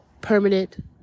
permanent